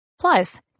Plus